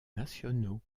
nationaux